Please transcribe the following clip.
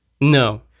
No